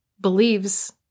believes